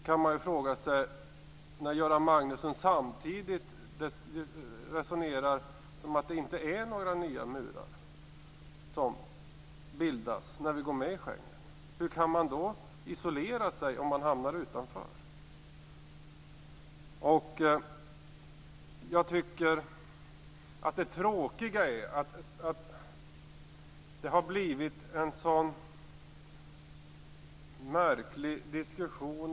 Samtidigt resonerade Göran Magnusson som att det inte bildas några nya murar när vi går med i Schengen. Hur kan man då isolera sig om man hamnar utanför? Det tråkiga är att det har blivit en så märklig diskussion.